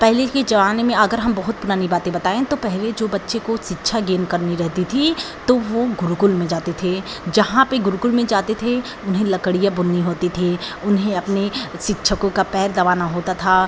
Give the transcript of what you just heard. पहले के ज़माने में अगर हम बहुत पुरानी बातें बताएँ तो पहले जो बच्चे को शिक्षा गेन करनी रहती थी तो वह गुरुकुल में जाते थे जहाँ पर गुरुकुल में जाते थे उन्हें लकड़ियाँ बुननी होती थी उन्हें अपने शिक्षकों का पैर दबाना होता था